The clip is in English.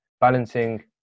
balancing